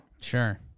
Sure